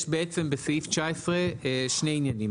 יש בסעיף 19 שני עניינים,